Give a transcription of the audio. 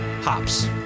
hops